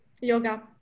yoga